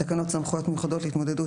24 ו-25 לחוק סמכויות מיוחדות להתמודדות